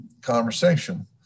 conversation